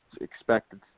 expected